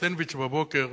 הסנדוויץ' בבוקר,